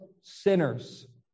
sinners